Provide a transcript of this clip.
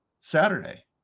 Saturday